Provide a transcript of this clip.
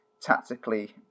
tactically